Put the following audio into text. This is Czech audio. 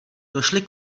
došli